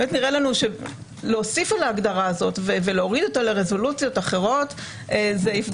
באמת נראה לנו שלהוסיף על ההגדרה הזאת ולהוריד אותה לרזולוציות אחרות יפגע